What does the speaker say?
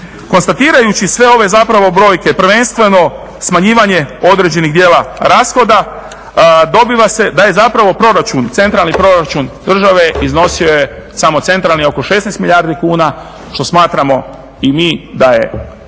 Konstatirajući sve ove zapravo brojke, prvenstveno smanjivanje određenog dijela rashoda dobiva se da je zapravo proračun, centralni proračun države iznosio, samo centralni, oko 16 milijardi kuna, što smatramo i mi da je